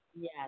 Yes